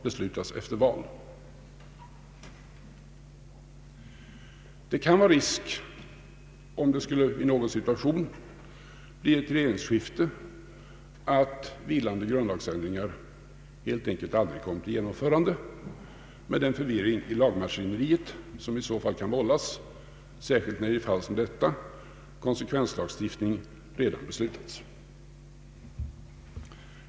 Risk kan föreligga i en viss situation — vid ett regeringsskifte — att vilande grundlagsändringar helt enkelt aldrig kommer till genomförande, med den förvirring i lagmaskineriet som i så fall kan vållas, särskilt när i ett fall som detta konsekvenslagstiftningen redan har beslutats.